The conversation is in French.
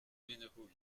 menehould